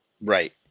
Right